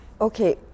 Okay